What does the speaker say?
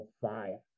fire